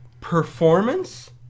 performance